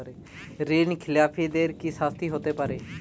ঋণ খেলাপিদের কি শাস্তি হতে পারে?